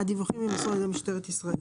הדיווחים יימסרו על ידי משטרת ישראל.